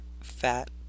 fat